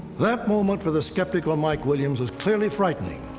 that moment for the skeptical mike williams was clearly frightening.